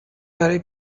برای